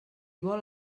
vol